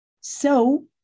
So-